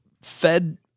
Fed